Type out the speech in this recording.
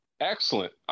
Excellent